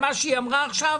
על מה שהיא אמרה עכשיו?